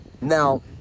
Now